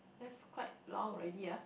that's quite long already ya